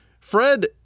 Fred